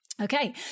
Okay